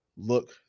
look